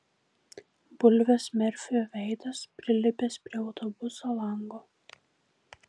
bulvės merfio veidas prilipęs prie autobuso lango